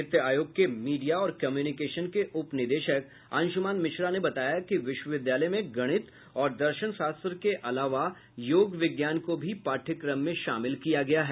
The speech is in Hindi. वित्त आयोग के मीडिया और कम्यूनिकेशन के उप निदेशक अंशुमन मिश्रा ने बताया कि विश्वविद्यालय में गणित और दर्शनशास्त्र के अलावा योग विज्ञान को भी पाठ्यक्रम में शामिल किया गया है